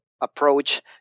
Approach